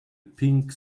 pink